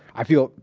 i feel,